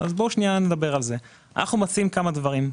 אנחנו מציעים כמה דברים.